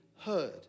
heard